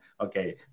okay